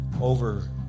over